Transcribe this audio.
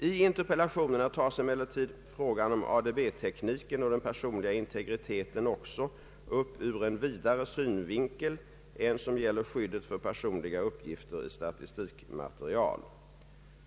I interpellationerna tas emellertid frågan om ADB-tekniken och den personliga integriteten också upp ur en vidare synvinkel än som gäller skyddet för personliga uppgifter i statistikmaterial.